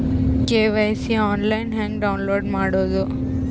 KYC online ಹೆಂಗ್ download ಮಾಡೋದು?